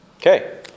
Okay